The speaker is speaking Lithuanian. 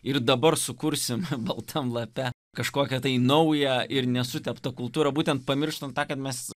ir dabar sukursim baltam lape kažkokią tai naują ir nesuteptą kultūrą būtent pamirštant tą kad mes